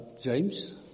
James